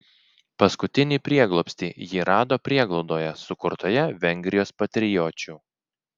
paskutinį prieglobstį ji rado prieglaudoje sukurtoje vengrijos patriočių